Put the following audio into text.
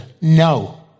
No